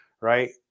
Right